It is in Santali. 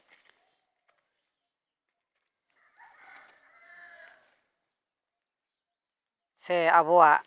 ᱥᱮ ᱟᱵᱚᱣᱟᱜ